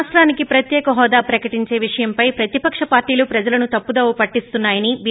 రాష్టానికి ప్రత్యిక హోదా ప్రకటించే విషయంపై ప్రతిపక్ష పార్టీలు ప్రజలను తప్పుదోవపట్టిస్తున్నారని బి